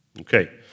Okay